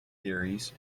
theories